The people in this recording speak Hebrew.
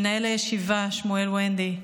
מנהל הישיבה שמואל ונדי,